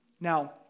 Now